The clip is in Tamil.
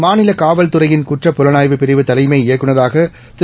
மாநில காவல்துறையின் குற்றப்புலனாய்வு பிரிவு தலைமை இயக்குநராக திரு